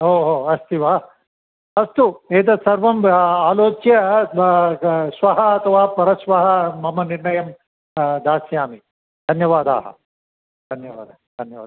ओहो अस्ति वा अस्तु एतत् सर्वं ब आलोच्य ब् गा श्वः अथवा परश्वः मम निर्णयं दास्यामि धन्यवादाः धन्यवादाः धन्यवादाः